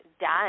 done